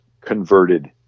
converted